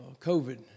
COVID